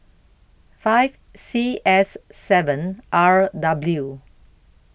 five C S seven R W